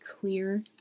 clear